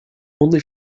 only